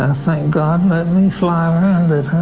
and think god let me fly around it.